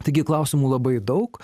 taigi klausimų labai daug